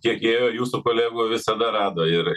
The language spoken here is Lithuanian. tiek įėjo jūsų kolegų visada rado ir